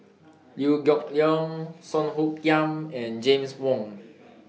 Liew Geok Leong Song Hoot Kiam and James Wong